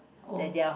oh